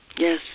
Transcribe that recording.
Yes